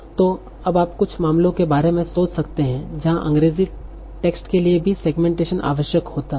तो अब आप कुछ मामलों के बारे में सोच सकते हैं जहां अंग्रेजी टेक्स्ट के लिए भी सेगमेंटेशन आवश्यक होगा